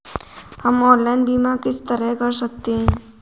हम ऑनलाइन बीमा किस तरह कर सकते हैं?